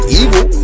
evil